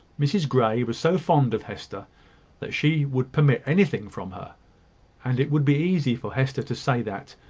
mrs grey was so fond of hester that she would permit anything from her and it would be easy for hester to say that,